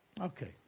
Okay